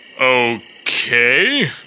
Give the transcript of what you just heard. Okay